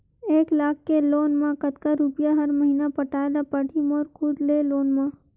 एक लाख के लोन मा कतका रुपिया हर महीना पटाय ला पढ़ही मोर खुद ले लोन मा?